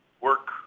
work